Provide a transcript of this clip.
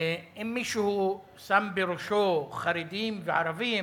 שאם מישהו שם בראשו חרדים וערבים,